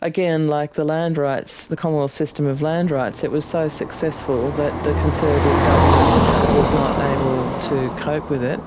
again, like the land rights, the commonwealth system of land rights, it was so successful that the conservative government was not able to cope with it